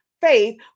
faith